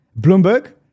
Bloomberg